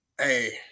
Hey